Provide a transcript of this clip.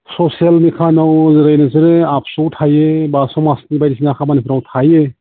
ससियेलनि खामानि मावो जेरै नोंसोरो एबसुआव थायो बा समाजनि बायदिसिना खामानिफोराव थायो